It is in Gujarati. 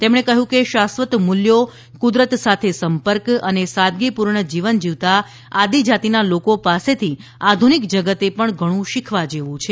તેમણે કહ્યું કે શાશ્વત મૂલ્યો કુદરત સાથે સંપર્ક અને સાદગીપૂર્ણ જીવન જીવતા આદિજાતિના લોકો પાસેથી આધ્રનિક જગતે પણ ઘણું શીખવા જેવું છે